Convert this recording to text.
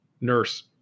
nurse